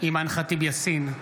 אימאן ח'טיב יאסין,